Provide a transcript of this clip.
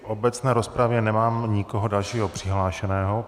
V obecné rozpravě nemám nikoho dalšího přihlášeného.